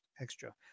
extra